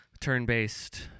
turn-based